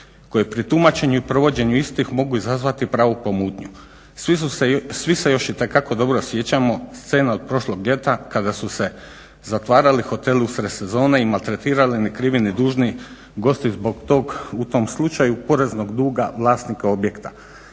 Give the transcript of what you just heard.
koje pri tumačenju i provođenju istih mogu izazvati pravu pomutnju. Svi se još itekako dobro sjećamo scena od prošlog ljeta kada su se zatvarali hoteli usred sezone i maltretirali ni krivi ni dužni gosti zbog tog, u tom slučaju poreznog duga vlasnika objekta.